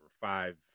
five